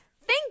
thank